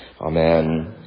Amen